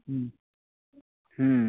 হুম হুম